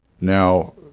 Now